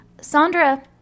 Sandra